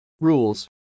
rules